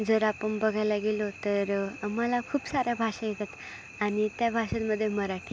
जर आपण बघायला गेलो तर मला खूप साऱ्या भाषा येतात आणि त्या भाषेमध्ये मराठी